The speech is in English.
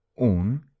Un